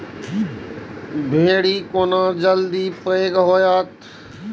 भिंडी केना जल्दी बड़ा होते?